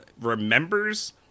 remembers